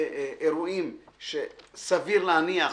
אירועים שסביר להניח